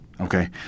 Okay